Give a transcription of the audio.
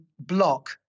block